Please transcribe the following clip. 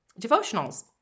Devotionals